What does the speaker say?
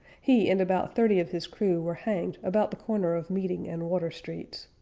he and about thirty of his crew were hanged about the corner of meeting and water streets.